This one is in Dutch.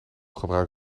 gebruik